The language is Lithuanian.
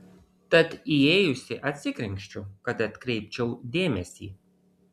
tad įėjusi atsikrenkščiu kad atkreipčiau dėmesį